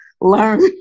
learn